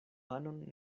panon